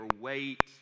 weight